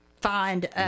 find